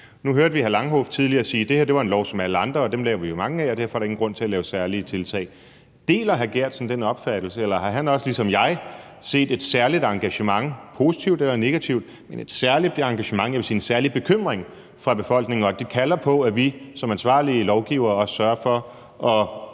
Langhoff tidligere sige, at det her var en lov som alle andre; dem laver vi jo mange af, og derfor er der ingen grund til at lave særlige tiltag. Deler hr. Martin Geertsen den opfattelse? Eller har han også ligesom jeg set et særligt engagement – positivt eller negativt, men et særligt engagement, jeg vil sige en særlig bekymring – hos befolkningen, og at det kalder på, at vi som ansvarlige lovgivere også sørger for, at